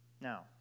Now